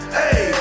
hey